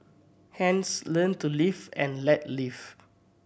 hence learn to live and let live